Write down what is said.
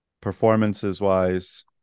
performances-wise